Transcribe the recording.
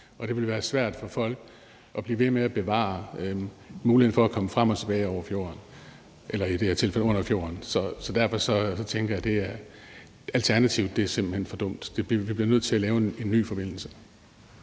Det vil være svært for folk at blive ved med at bevare muligheden for at komme frem og tilbage over fjorden – eller i det her tilfælde under fjorden. Så derfor tænker jeg, at alternativet simpelt hen er for dumt. Vi bliver nødt til at lave en ny forbindelse.